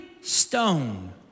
stone